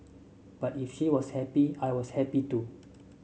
but if she was happy I was happy too